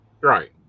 Right